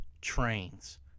Trains